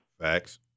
Facts